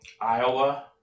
Iowa